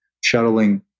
shuttling